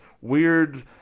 weird